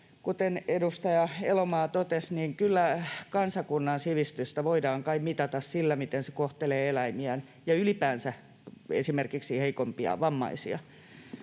kuten edustaja Elomaa totesi, niin kyllä kansakunnan sivistystä voidaan kai mitata sillä, miten se kohtelee eläimiään ja ylipäänsä esimerkiksi heikompia, vammaisia.